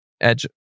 edge